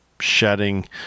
shedding